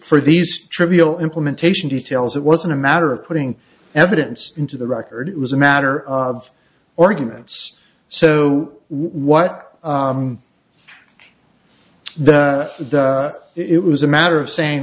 for these trivial implementation details it wasn't a matter of putting evidence into the record it was a matter of organists so what the the it was a matter of saying